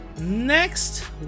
next